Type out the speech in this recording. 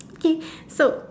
okay so